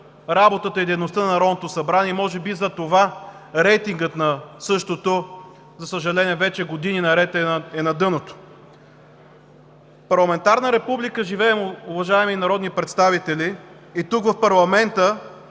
работата и дейността на Народното събрание и може би затова рейтингът на същото, за съжаление, вече години наред е на дъното. В парламентарна република живеем, уважаеми народни представители! И тук – в парламента,